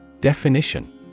Definition